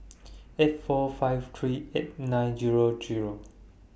eight four five three eight nine Zero Zero